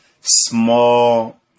small